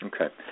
Okay